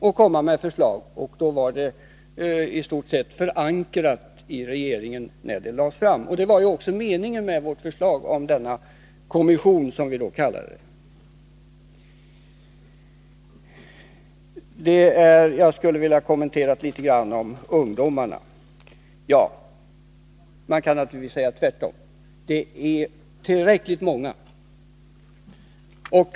När de sedan lade fram sina förslag var dessa förankrade i regeringen. Det var också meningen med vårt förslag till denna kommission, som vi då kallade det. Jag skulle vilja kommentera vad fru Söder sade om ungdomarna. Man kan naturligtvis också säga att det fortfarande är för många ungdomar som dricker.